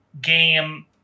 game